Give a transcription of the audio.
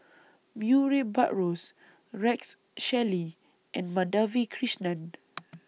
Murray Buttrose Rex Shelley and Madhavi Krishnan